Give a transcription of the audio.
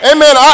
Amen